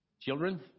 Children